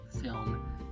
film